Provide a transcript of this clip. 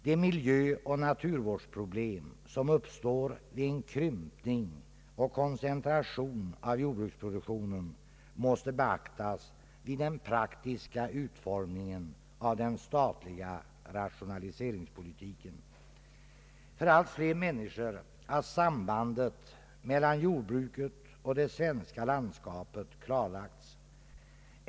De miljöoch naturvårdsproblem som uppstår vid en krympning och koncentration av jordbruksproduktionen måste beaktas vid den praktiska utformningen av den statliga rationaliseringspolitiken. För allt fler människor har sambandet mellan jordbruket och det svenska landskapet klarlagts.